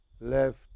left